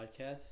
podcast